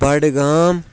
Budgam